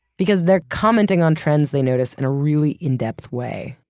because they're commenting on trends they notice in a really in depth way.